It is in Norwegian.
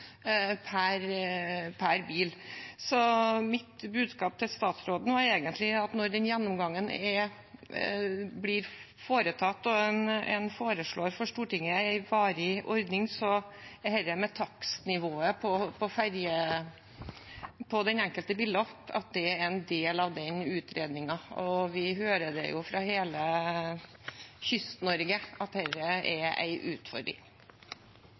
per bil. Mitt budskap til statsråden er egentlig at når den gjennomgangen blir foretatt, og en foreslår for Stortinget en varig ordning, er takstnivået på den enkelte billett en del av den utredningen. Vi hører fra hele Kyst-Norge at dette er en utfordring. Flere har ikke bedt om ordet til sak nr. 6. Vi